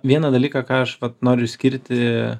vieną dalyką ką aš noriu išskirti